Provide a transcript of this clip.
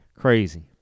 Crazy